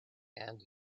and